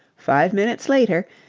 five minutes later,